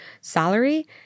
salary